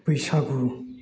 बैसागु